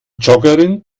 joggerin